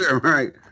right